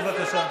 בבקשה.